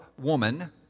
woman